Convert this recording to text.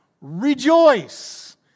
rejoice